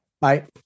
Bye